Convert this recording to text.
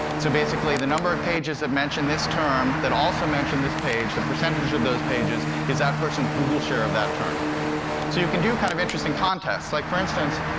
so basically, the number of pages that mention this term, that also mention this page, the percentage of those pages is that person's google share of that term. so you can do kind of interesting contests. like for instance,